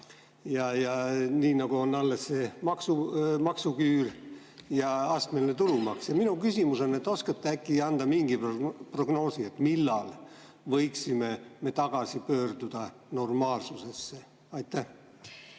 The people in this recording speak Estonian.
ja alles on ka see maksumaksuküür ja astmeline tulumaks. Minu küsimus on: oskate äkki anda mingi prognoosi, millal me võiksime tagasi pöörduda normaalsusesse? Aitäh!